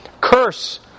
Curse